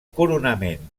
coronament